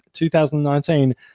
2019